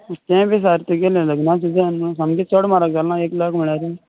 तेवूय बी सारकें तुजें लग्ना सिजन न्हय सामकें चड म्हारग जाले ना एक लाख म्हणल्यार